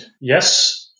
Yes